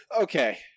Okay